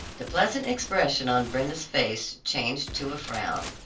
the pleasant expression on brenda's face changed to a frown.